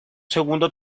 segundo